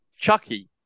Chucky